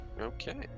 Okay